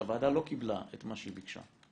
שהוועדה לא קיבלה את מה שהיא ביקשה.